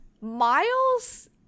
Miles